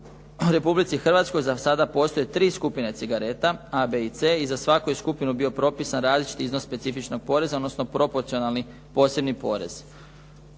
U Republici Hrvatskoj za sada postoje tri skupine cigareta A, B i C i za svaku je skupinu bio propisan različit iznos specifičnog poreza, odnosno proporcionalni posebni porez.